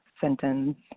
sentence